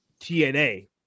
tna